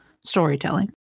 storytelling